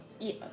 Yes